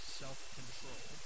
self-control